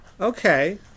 Okay